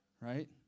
right